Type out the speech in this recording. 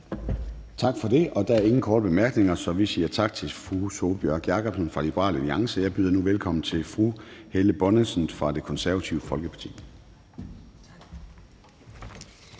Tak for det. Der er ingen korte bemærkninger, så vi siger tak til fru Sólbjørg Jakobsen fra Liberal Alliance. Jeg byder nu velkommen til fru Helle Bonnesen fra Det Konservative Folkeparti.